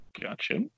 gotcha